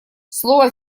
слово